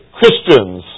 Christians